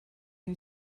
who